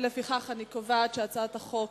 לפיכך אני קובעת שהצעת החוק